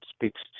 speaks